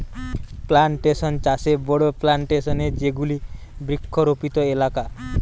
plantation চাষে বড়ো plantation এ যেগুলি বৃক্ষরোপিত এলাকা